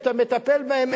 שאתה מטפל בהם,